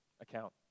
account